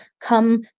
come